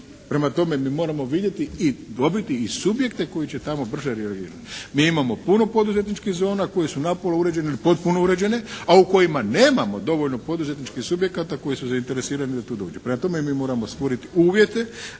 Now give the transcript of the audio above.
Prema tome, mi moramo vidjeti i dobiti i subjekte koji će tamo brže …/Govornik se ne razumije./… Mi imamo puno poduzetničkih zona koje su napola uređene ili potpuno uređene, a u kojima nemamo dovoljno poduzetničkih subjekata koji su zainteresirani da tu dođu. Prema tome, mi moramo stvoriti uvjete